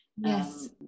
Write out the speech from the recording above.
Yes